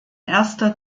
erster